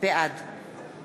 בעד